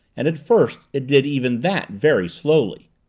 and at first it did even that very slowly.